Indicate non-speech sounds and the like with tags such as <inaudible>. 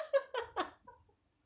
<laughs>